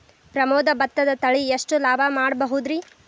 ಪ್ರಮೋದ ಭತ್ತದ ತಳಿ ಎಷ್ಟ ಲಾಭಾ ಮಾಡಬಹುದ್ರಿ?